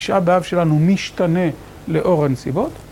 תשעה באב שלנו משתנה לאור הנסיבות.